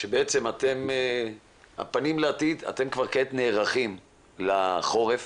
שבעצם הפנים לעתיד, אתם כבר כעת נערכים לחורף